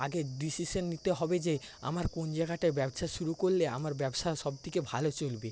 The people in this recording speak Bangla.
আগে ডিসিশন নিতে হবে যে আমার কোন জায়গাটায় ব্যবসা শুরু করলে আমার ব্যবসা সবথেকে ভালো চলবে